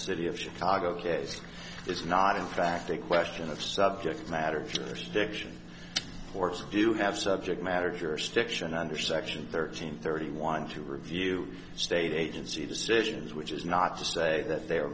city if chicago case is not in fact a question of subject matter first fiction courts do have subject matter jurisdiction under section thirteen thirty one to review state agency decisions which is not to say that they are